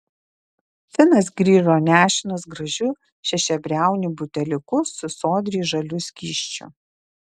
finas grįžo nešinas gražiu šešiabriauniu buteliuku su sodriai žaliu skysčiu